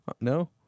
No